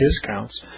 discounts